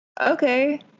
okay